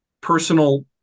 personal